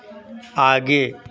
आगे